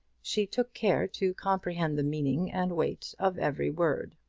she took care to comprehend the meaning and weight of every word.